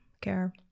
care